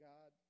God